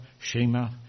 Shema